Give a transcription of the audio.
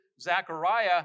Zechariah